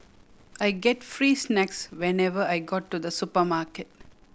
I get free snacks whenever I go to the supermarket